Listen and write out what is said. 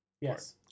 Yes